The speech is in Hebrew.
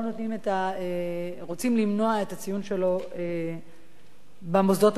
רוצים למנוע את הציון שלו במוסדות האקדמיים.